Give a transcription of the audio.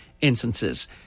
instances